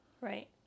Right